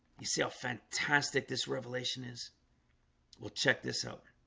you see how fantastic this revelation is we'll check this out